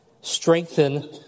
strengthen